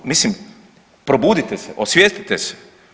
Pa mislim probudite se, osvijestite se!